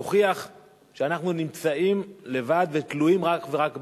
שמוכיח שאנחנו נמצאים לבד ותלויים אך ורק בנו,